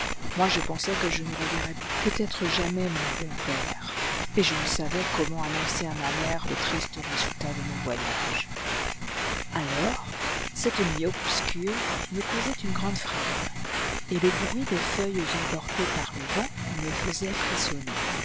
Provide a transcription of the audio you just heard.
moi je pensais que je ne reverrais peutêtre jamais mon bon père et je ne savais comment annoncer à ma mère le triste résultat de mon voyage alors cette nuit obscure me causait une grande frayeur et le bruit des feuilles emportées par le vent me faisait frissonner